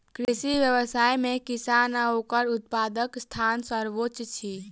कृषि व्यवसाय मे किसान आ ओकर उत्पादकक स्थान सर्वोच्य अछि